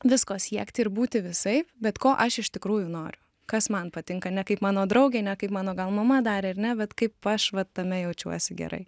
visko siekti ir būti visaip bet ko aš iš tikrųjų noriu kas man patinka ne kaip mano draugė ne kaip mano gal mama darė ar ne bet kaip aš va tame jaučiuosi gerai